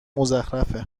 مزخرف